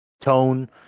tone